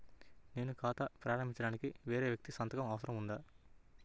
నేను ఖాతా ప్రారంభించటానికి వేరే వ్యక్తి సంతకం అవసరం ఉందా?